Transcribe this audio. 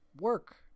work